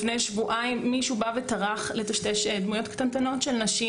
לפני שבועיים מישהו טרח לטשטש דמויות קטנטנות של נשים